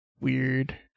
weird